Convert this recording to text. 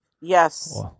yes